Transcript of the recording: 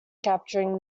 capturing